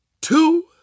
two